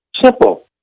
simple